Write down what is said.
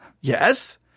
Yes